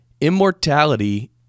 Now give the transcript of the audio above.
Immortality